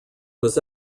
was